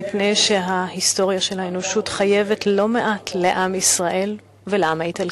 מפני שההיסטוריה של האנושות חייבת לא-מעט לעם ישראל ולעם האיטלקי.